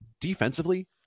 defensively